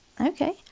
Okay